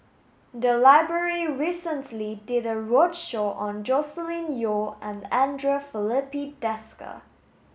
the library recently did a roadshow on Joscelin Yeo and Andre Filipe Desker